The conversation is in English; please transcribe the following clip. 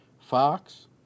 fox